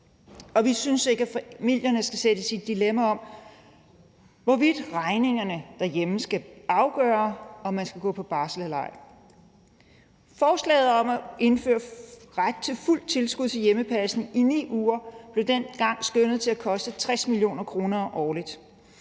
Vi synes ikke, at familierne skal sættes i et dilemma om, hvorvidt regningerne derhjemme skal afgøre, om man skal gå på barsel eller ej. Forslaget om at indføre ret til fuld tilskud til hjemmepasning i 9 uger blev dengang skønnet til at koste 60 mio. kr. årligt,